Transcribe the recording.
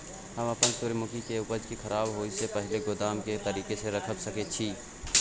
हम अपन सूर्यमुखी के उपज के खराब होयसे पहिले गोदाम में के तरीका से रयख सके छी?